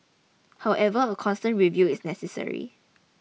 however a constant review is necessary